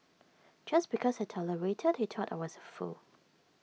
just because I tolerated he thought I was A fool